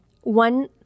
One